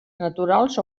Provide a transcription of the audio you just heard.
naturals